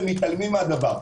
ומתעלמים מהדבר.